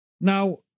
Now